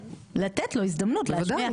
לתת לו הזדמנות להשמיע,